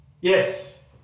Yes